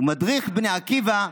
ומדריך בני עקיבא,